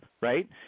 right